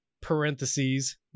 parentheses